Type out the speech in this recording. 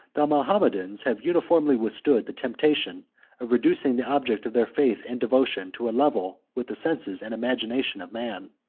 the mahometans have uniformly withstood the temptation of reducing the object of their faith and devotion to a level with the senses and imagination of man.